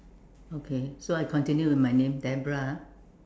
okay so I continue with my name Deborah ah